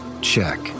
check